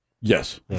Yes